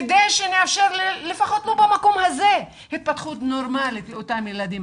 כדי שנאפשר לפחות במקום הזה התפתחות נורמלית לאותם ילדים.